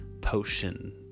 potion